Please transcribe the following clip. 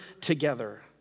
together